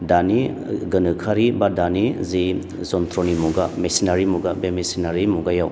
दानि गोनोखोआरि बा दानि जे जनथ्र'नि मुगा मेसिनारि मुगा बे मेसिनारि मुगायाव